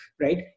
right